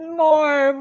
more